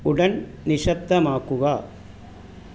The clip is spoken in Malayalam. ഉടൻ നിശബ്ദമാക്കുക